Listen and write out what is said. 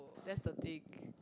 that's the thing